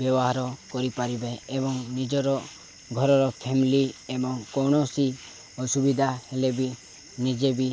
ବ୍ୟବହାର କରିପାରିବେ ଏବଂ ନିଜର ଘରର ଫ୍ୟାମିଲି ଏବଂ କୌଣସି ଅସୁବିଧା ହେଲେ ବି ନିଜେ ବି